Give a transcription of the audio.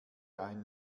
ein